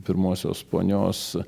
pirmosios ponios